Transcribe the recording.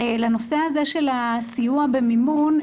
לנושא הזה של הסיוע במימון,